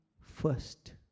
first